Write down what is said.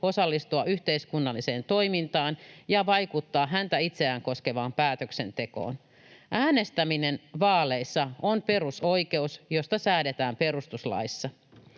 osallistua yhteiskunnalliseen toimintaan ja vaikuttaa häntä itseään koskevaan päätöksentekoon. Äänestäminen vaaleissa on perusoikeus, josta säädetään perustuslaissa.